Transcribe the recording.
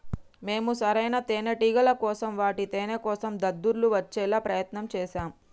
మేము సరైన తేనేటిగల కోసం వాటి తేనేకోసం దద్దుర్లు వచ్చేలా ప్రయత్నం చేశాం